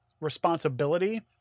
responsibility